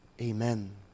amen